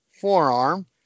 Forearm